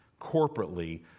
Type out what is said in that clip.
corporately